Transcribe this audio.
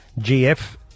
GF